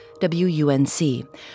WUNC